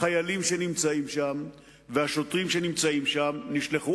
החיילים שנמצאים שם והשוטרים שנמצאים שם נשלחו